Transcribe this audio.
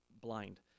blind